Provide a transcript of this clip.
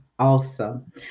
Awesome